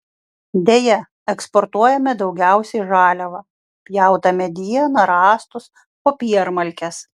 deja eksportuojame daugiausiai žaliavą pjautą medieną rąstus popiermalkes